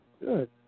Good